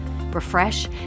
Refresh